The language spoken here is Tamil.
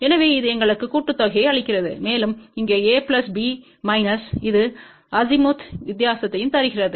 எனவே இது எங்களுக்கு கூட்டுத்தொகையை அளிக்கிறது மேலும் இங்கே A பிளஸ் B மைனஸ் இது அசிமுத் வித்தியாசம்தை தருகிறது